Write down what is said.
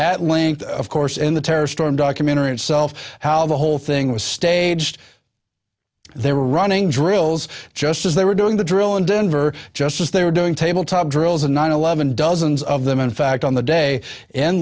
at length of course in the terror storm documentary itself how the whole thing was staged they were running drills just as they were doing the drill in denver just as they were doing tabletop drills of nine eleven dozens of them in fact on the day in